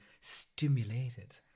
stimulated